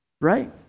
Right